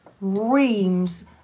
reams